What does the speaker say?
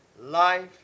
life